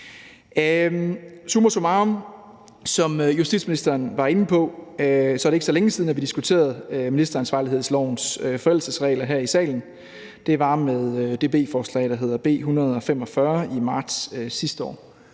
Summa summarum: Som justitsministeren var inde på, er det ikke så længe siden, vi diskuterede ministeransvarlighedslovens forældelsesregler her i salen. Det var med det beslutningsforslag, der hedder B 145, og det var i marts sidste år.